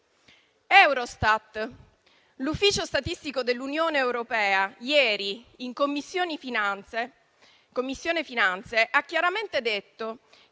l'ufficio statistico dell'Unione europea, ieri in Commissione finanze ha chiaramente detto